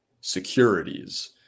securities